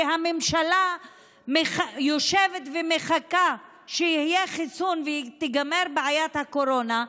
כי הממשלה יושבת ומחכה שיהיה החיסון ותיגמר בעיית הקורונה,